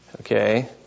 Okay